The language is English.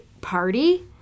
party